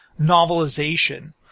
novelization